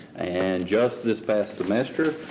and, just this past semester,